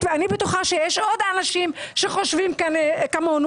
ואני בטוחה שיש עוד אנשים שחושבים כמונו,